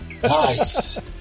Nice